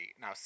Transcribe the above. now